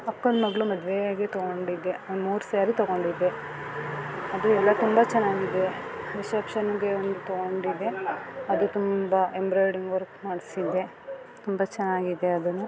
ಅಕ್ಕನ ಮಗ್ಳ ಮದುವೆಗಾಗಿ ತಗೊಂಡಿದ್ದೆ ಒಂದು ಮೂರು ಸ್ಯಾರಿ ತಗೊಂಡಿದ್ದೆ ಅದು ಎಲ್ಲ ತುಂಬ ಚೆನ್ನಾಗಿದೆ ರಿಸೆಪ್ಷನ್ನಿಗೆ ಒಂದು ತಗೊಂಡಿದ್ದೆ ಅದು ತುಂಬ ಎಂಬ್ರಾಯಿಡ್ರಿಂಗ್ ವರ್ಕ್ ಮಾಡಿಸಿದ್ದೆ ತುಂಬ ಚೆನ್ನಾಗಿದೆ ಅದು